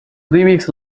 weeks